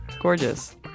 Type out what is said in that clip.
gorgeous